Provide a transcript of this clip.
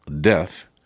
death